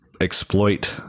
exploit